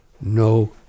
no